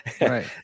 right